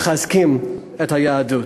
מחזקים את היהדות.